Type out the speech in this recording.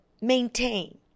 maintain